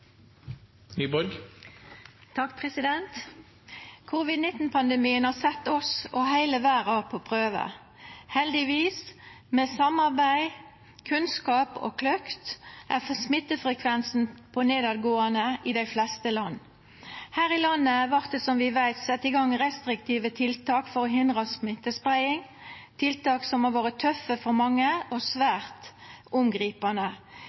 har sett oss og heile verda på prøve. Med samarbeid, kunnskap og kløkt går heldigvis smittefrekvensen ned i dei fleste land. Her i landet vart det som vi veit, sett i gang restriktive tiltak for å hindra smittespreiing, tiltak som har vore tøffe for mange og svært omgripande.